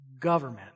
government